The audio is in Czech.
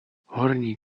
horní